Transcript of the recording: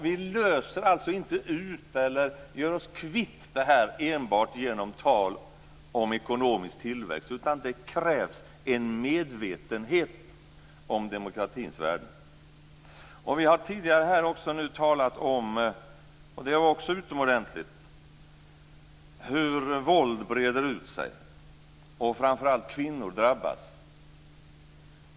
Vi löser inte ut det här eller gör oss kvitt det enbart genom tal om ekonomisk tillväxt, utan det krävs en medvetenhet om demokratins värde. Vi har tidigare här talat om, och det är också utomordentligt, hur våld breder ut sig och hur framför allt kvinnor drabbas.